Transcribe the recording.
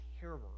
terror